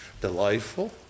delightful